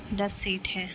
دس seat ہے